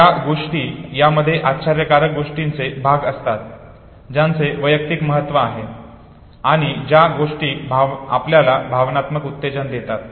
त्या गोष्टी ज्यामध्ये आश्चर्यकारक गोष्टींचे भाग असतात ज्यांचे वैयक्तिक महत्त्व आहे आणि ज्या गोष्टी आपल्याला भावनात्मक उत्तेजन देतात